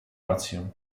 rację